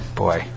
boy